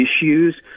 issues